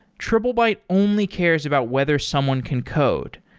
triplebyte only cares about whether someone can code.